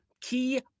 key